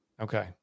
okay